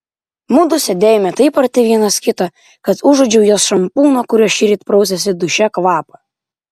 mudu sėdėjome taip arti vienas kito kad užuodžiau jos šampūno kuriuo šįryt prausėsi duše kvapą